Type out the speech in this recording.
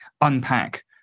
unpack